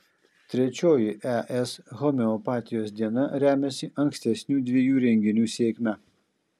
trečioji es homeopatijos diena remiasi ankstesnių dviejų renginių sėkme